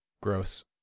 Gross